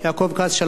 אדוני היושב-ראש,